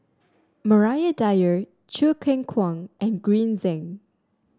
Maria Dyer Choo Keng Kwang and Green Zeng